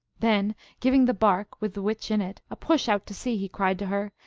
then giving the bark, with the witch in it, a push out to sea, he cried to her,